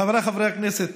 חבריי חברי הכנסת,